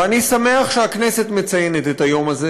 ואני שמח שהכנסת מציינת את היום הזה.